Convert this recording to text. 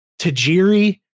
tajiri